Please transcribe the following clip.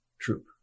troop